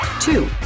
Two